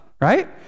right